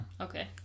Okay